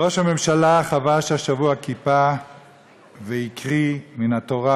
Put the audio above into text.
ראש הממשלה חבש השבוע כיפה והקריא מן התורה